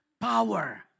power